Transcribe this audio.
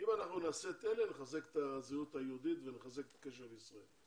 אם אנחנו נעשה את אלה נחזק את הזהות היהודית ונחזק את הקשר לישראל.